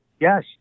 Yes